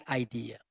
idea